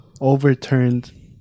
overturned